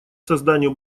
созданию